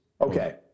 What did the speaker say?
Okay